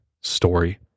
story